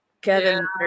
Kevin